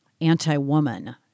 anti-woman